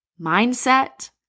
Mindset